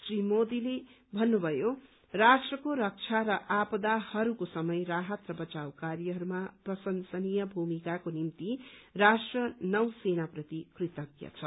श्री मोदीले भत्रुभयो राष्ट्रको रक्षा र आपदाहरूको समय राहत र बचाव कार्यहरूमा प्रशंसनीय भूमिकाको निम्ति राष्ट्र नौसेना प्रति कृतज्ञ छ